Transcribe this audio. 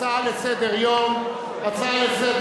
הצעות לסדר-היום בנושא: